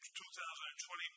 2020